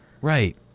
Right